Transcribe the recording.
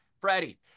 Freddie